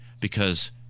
because-